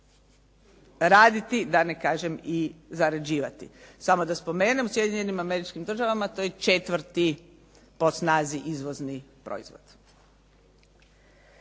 raditi da ne kažem i zarađivati. Samo da spomenem, u Sjedinjenim Američkim Državama to je četvrti po snazi izvozni proizvod.